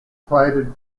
plated